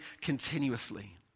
continuously